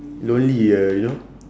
lonely ah you know